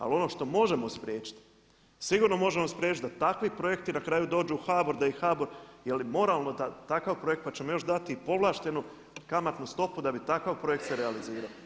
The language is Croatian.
Ali ono što možemo spriječiti, sigurno možemo spriječiti da takvi projekti na kraju dođu u HBOR, da ih HBOR, je li moralno da takav projekt, pa ćemo još dati i povlaštenu kamatnu stopu da bi takav projekt se realizirao.